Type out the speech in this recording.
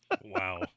Wow